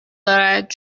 دارد